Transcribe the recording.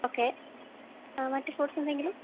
okay മറ്റ് fruits എന്തെങ്കിലും